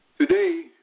Today